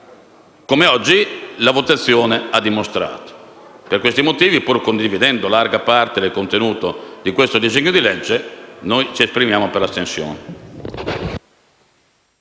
come la votazione di oggi ha dimostrato. Per questi motivi, pur condividendo larga parte del contenuto di questo disegno di legge, noi ci esprimiamo per l'astensione.